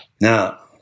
Now